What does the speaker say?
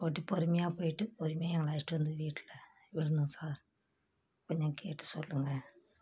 ஓட்டி பொறுமையா போய்ட்டு பொறுமையா எங்களை அழைச்சிட்டு வந்து வீட்டில் விடணும் சார் கொஞ்சம் கேட்டு சொல்லுங்கள்